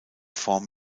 form